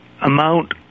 amount